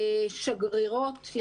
שגרירות.